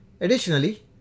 Additionally